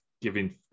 giving